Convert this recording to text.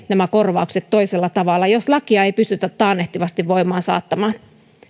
nämä korvaukset toisella tavalla jos lakia ei pystytä taannehtivasti voimaan saattamaan